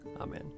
Amen